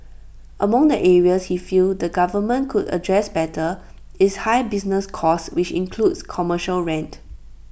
among the areas he feel the government could address better is high business costs which include commercial rent